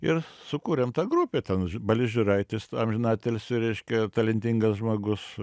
ir sukūrėm tą grupę ten balys žiūraitis amžinatilsį reiškia talentingas žmogus